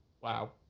Wow